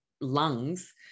lungs